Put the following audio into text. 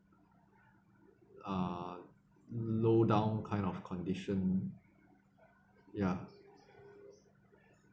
uh lowdown kind of condition ya